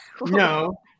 No